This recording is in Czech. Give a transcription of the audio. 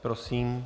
Prosím.